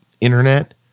internet